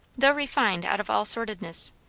though refined out of all sordidness,